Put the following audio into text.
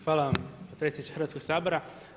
Hvala vam predsjedniče Hrvatskog sabora.